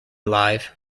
live